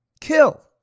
kill